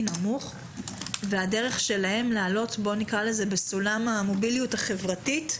נמוך והדרך שלהם לעלות בסולם המוביליות החברתית,